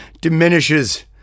diminishes